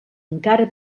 encara